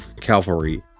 cavalry